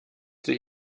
sich